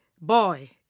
Boy